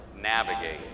navigate